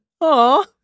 Aw